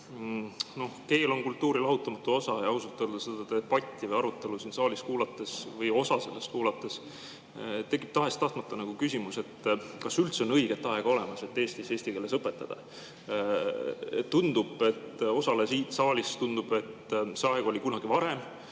Keel on kultuuri lahutamatu osa ja ausalt öeldes seda debatti või arutelu siin saalis kuulates või osa sellest kuulates tekib tahes-tahtmata küsimus, kas üldse on õiget aega olemas, et Eestis eesti keeles õpetada. Näib, et osale siin saalis tundub, et see aeg oli kunagi varem,